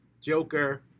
Joker